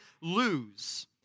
lose